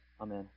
Amen